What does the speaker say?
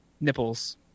nipples